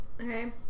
Okay